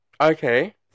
Okay